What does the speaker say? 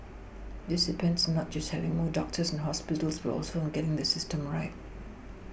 this depends on not just having more doctors and hospitals but also on getting the system right